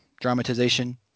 dramatization